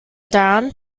down